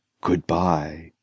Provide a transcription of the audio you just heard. Goodbye